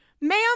ma'am